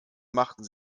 machten